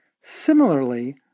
Similarly